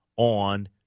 On